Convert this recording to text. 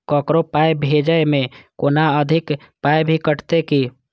ककरो पाय भेजै मे कोनो अधिक पाय भी कटतै की?